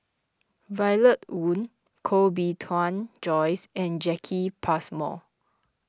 Violet Oon Koh Bee Tuan Joyce and Jacki Passmore